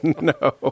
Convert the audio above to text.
No